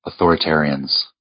authoritarians